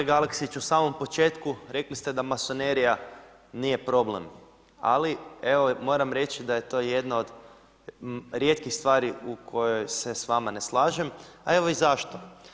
Kolega Aleksić, u samom početku rekli ste da masonerija nije problem, ali evo, moram reći da je to jedno od rijetkih stvari u kojoj se s vama ne slažem, a evo i zašto.